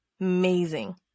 amazing